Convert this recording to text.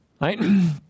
Right